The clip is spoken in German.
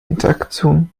interaktion